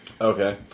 Okay